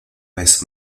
vez